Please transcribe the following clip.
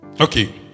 okay